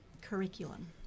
curriculum